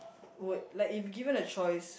would like if given a choice